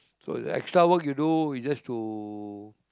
so the extra work you do is just to